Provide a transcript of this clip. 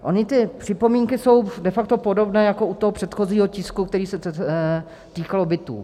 Ony ty připomínky jsou de facto podobné jako u toho předchozího tisku, který se týkal bytů.